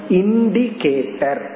indicator